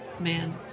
man